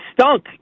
stunk